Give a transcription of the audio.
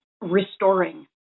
restoring